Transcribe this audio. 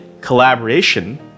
collaboration